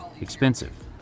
expensive